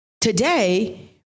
Today